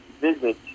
visit